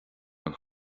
don